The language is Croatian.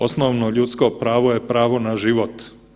Osnovno ljudsko pravo je pravo na život.